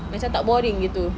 macam tak boring gitu